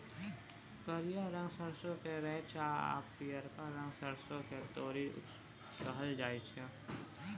करिया रंगक सरसों केँ रैंचा आ पीयरका रंगक सरिसों केँ तोरी कहल जाइ छै